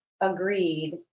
agreed